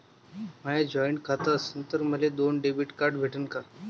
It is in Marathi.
माय जॉईंट खातं असन तर मले दोन डेबिट कार्ड भेटन का?